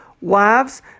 Wives